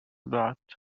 بعد